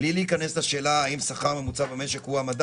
בלי להיכנס לשאלה האם שכר ממוצע במשק הוא המדד